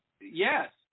yes